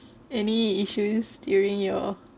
any issues during your